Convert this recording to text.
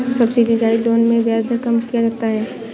subsidised loan में ब्याज दर कम किया जाता है